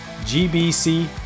GBC